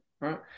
right